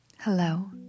Hello